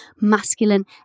masculine